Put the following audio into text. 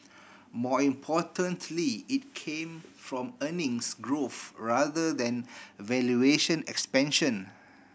more importantly it came from earnings growth rather than valuation expansion